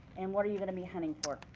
and what you going to be hunting for? ah,